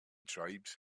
tribes